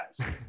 guys